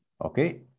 Okay